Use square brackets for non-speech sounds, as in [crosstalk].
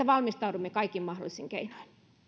[unintelligible] valmistauduttava kaikin mahdollisin keinoin